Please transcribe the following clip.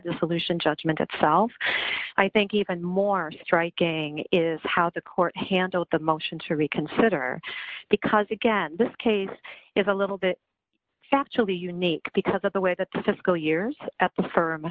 dissolution judgment itself i think even more striking is how the court handled the motion to reconsider because again this case is a little bit actually unique because of the way that the fiscal years at th